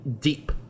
deep